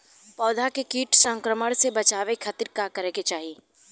पौधा के कीट संक्रमण से बचावे खातिर का करे के चाहीं?